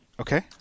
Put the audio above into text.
Okay